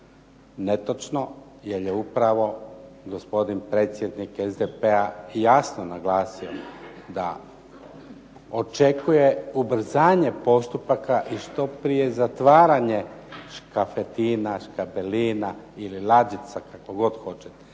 netočno, jer je upravo gospodin predsjednik SDP-a jasno naglasio da očekuje ubrzanje postupaka i što prije zatvaranje Škafetina, Škapelina ili lađica kako god hoćete.